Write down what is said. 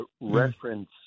reference